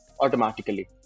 automatically